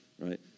right